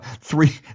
three